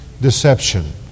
deception